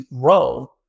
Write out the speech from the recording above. grow